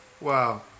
Wow